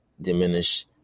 diminish